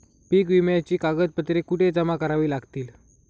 पीक विम्याची कागदपत्रे कुठे जमा करावी लागतील?